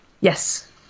yes